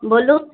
बोलू